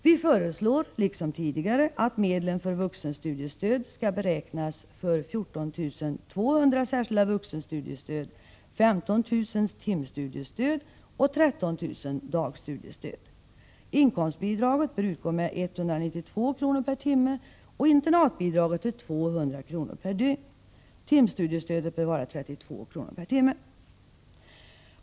Vi föreslår — liksom tidigare — att medlen för vuxenstudiestöd skall beräknas för 14 200 särskilda vuxenstudiestöd, 15 000 timstudiestöd och 13 000 dagstudiestöd. Inkomstbidraget bör utgå med 192 kr. per timme och internatbidraget med 200 kr. per dygn. Timstudiestödet bör vara 32 kr. per timme.